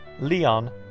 Leon